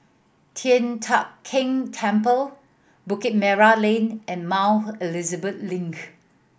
Tian Teck Keng Temple Bukit Merah Lane and Mount Elizabeth Link